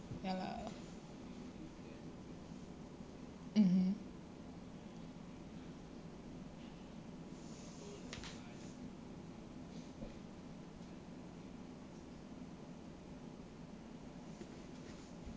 ya lah mmhmm